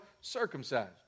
circumcised